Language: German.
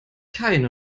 keine